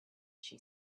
she